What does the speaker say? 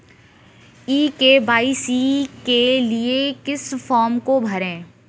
ई KYC के लिए किस फ्रॉम को भरें?